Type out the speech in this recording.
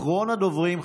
אחרון הדוברים,